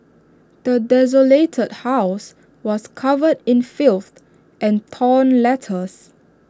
the desolated house was covered in filth and torn letters